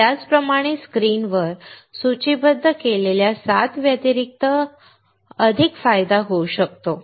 त्याच प्रकारे स्क्रीनवर सूचीबद्ध केलेल्या 7 व्यतिरिक्त अधिक फायदा होऊ शकतो